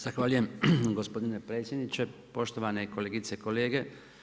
Zahvaljujem gospodine predsjedniče, poštovane kolegice i kolege.